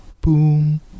boom